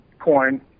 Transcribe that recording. coin